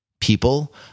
people